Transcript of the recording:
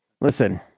Listen